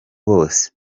bose